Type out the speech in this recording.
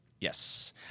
Yes